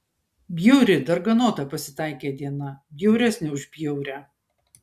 bjauri darganota pasitaikė diena bjauresnė už bjaurią